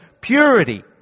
Purity